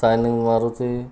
shining ମାରୁଛି